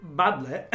badly